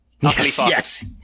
yes